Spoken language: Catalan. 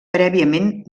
prèviament